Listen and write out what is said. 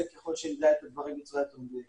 ככל שנדע את הדברים בצורה יותר מדויקת.